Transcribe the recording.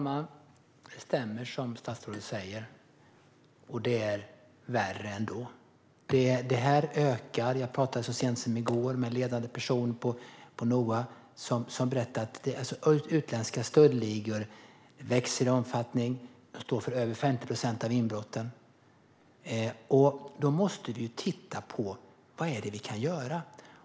Herr talman! Det som statsrådet säger stämmer, och det är än värre. Det här ökar. Så sent som i går talade jag med en ledande person på NOA som berättade att utländska stöldligor växer i omfattning. De står för över 50 procent av inbrotten. Då måste vi titta på vad vi kan göra.